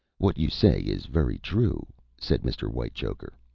what you say is very true, said mr. whitechoker.